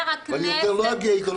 ואני יותר לא אגיע איתו להסכמות מסוג כזה.